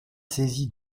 saisi